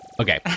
Okay